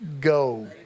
go